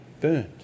burned